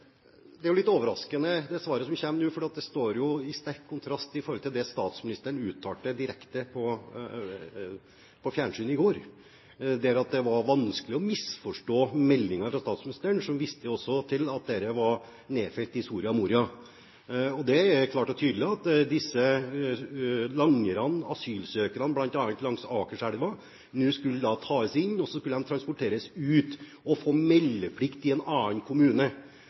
Det svaret som kom, er litt overraskende, for det står i sterk kontrast til det statsministeren uttalte direkte på fjernsyn i går. Det var vanskelig å misforstå meldingen fra statsministeren, som viste til at dette var nedfelt i Soria Moria. Det er klart og tydelig at disse langerne, asylsøkerne, bl.a. langs Akerselva, nå skulle tas inn, og så skulle de transporteres ut og få meldeplikt i en annen kommune.